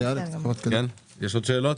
כן, יש עוד שאלות?